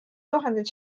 tuhanded